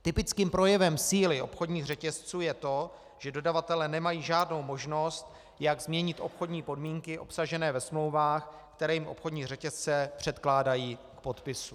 Typickým projevem síly obchodních řetězců je to, že dodavatelé nemají žádnou možnost, jak změnit obchodní podmínky obsažené ve smlouvách, které jim obchodní řetězce předkládají k podpisu.